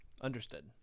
Understood